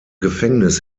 gefängnis